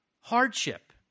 hardship